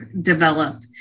develop